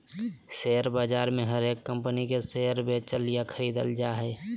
share बाजार मे हरेक कम्पनी के शेयर बेचल या खरीदल जा हय